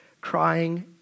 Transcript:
crying